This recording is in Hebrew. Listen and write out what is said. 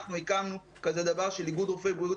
אנחנו הקמנו דבר כזה של איגוד רופאי בריאות